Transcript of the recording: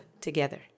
together